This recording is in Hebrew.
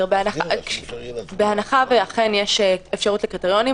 בהנחה שיש אפשרות לקריטריונים,